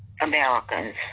americans